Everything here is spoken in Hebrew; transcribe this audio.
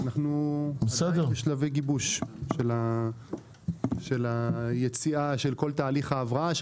אנחנו בשלבי גיבוש של כל תהליך ההבראה,